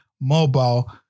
mobile